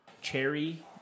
cherry